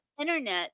internet